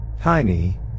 Tiny